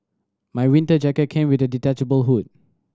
my winter jacket came with a detachable hood